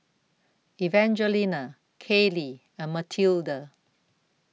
Evangelina Kailey and Matilde